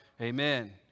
Amen